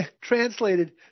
translated